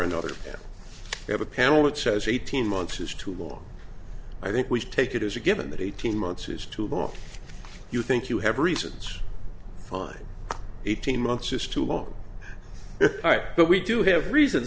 another you have a panel that says eighteen months is too long i think we should take it as a given that eighteen months is too long you think you have reasons fine eighteen months is too long but we do have reasons